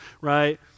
right